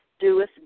doeth